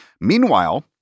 Meanwhile